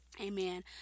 Amen